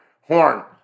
horn